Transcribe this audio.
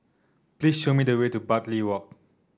please show me the way to Bartley Walk